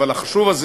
אבל החשוב הזה,